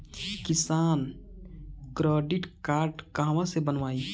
किसान credit card कहवा से बनवाई?